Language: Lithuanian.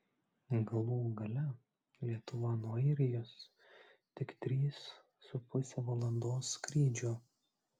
galų gale lietuva nuo airijos tik trys su puse valandos skrydžio